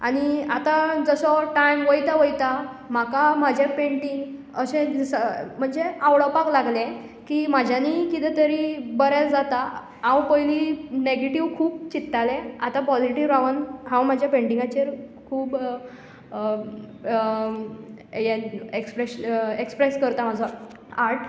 आनी आतां जसो टायम वयता वयता म्हाका म्हजें पँटींग अशें दीस म्हणजे आवडोपाक लागलें की म्हज्यानी कितें तरी बरें जाता हांव पयलीं नेगेटीव खूब चित्तालें आतां पोजिटीव रावन हांव म्हज्या पँटींगाचेर खूब एक्सप्रेशन हें एक्सप्रेस करता म्हजो आर्ट